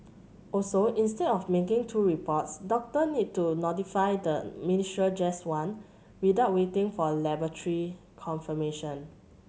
also instead of making two reports doctor need to notify the ministry just one without waiting for laboratory confirmation